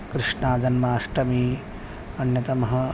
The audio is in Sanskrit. कृष्णाजन्माष्टमी अन्यतमः